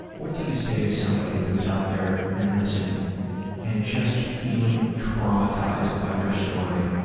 what do you say to somebody who's out there and listening and just feeling traumatized by their story